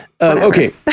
Okay